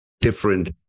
different